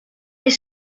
est